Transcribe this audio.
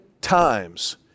times